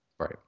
Right